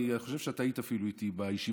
ואני חושב שאת אפילו היית איתי בישיבות